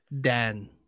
Dan